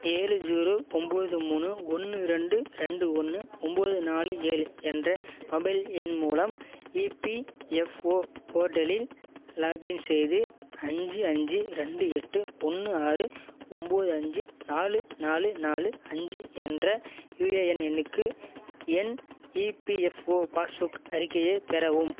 ஏழு ஜீரோ ஒம்போது மூணு ஒன்று ரெண்டு ரெண்டு ஒன்று ஒம்போது நாலு ஏழு என்ற மொபைல் எண் மூலம் இபிஎஃப்ஓ போர்ட்டலில் லாகின் செய்து அஞ்சு அஞ்சு ரெண்டு எட்டு ஒன்று ஆறு ஒம்போது அஞ்சு நாலு நாலு நாலு அஞ்சு என்ற யுஏஎன் எண்ணுக்கு எண் இபிஎஃப்ஓ பாஸ்புக் அறிக்கையை பெறவும்